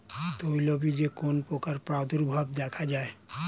তৈলবীজে কোন পোকার প্রাদুর্ভাব দেখা যায়?